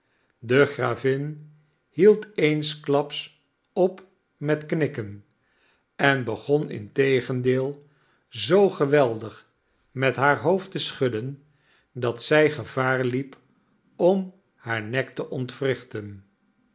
de gravin hield eensklaps op met knikken en begon integendeel zoo geweldig met haar hoofd te schudden dat zij gevaar liep om haar nek te